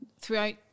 throughout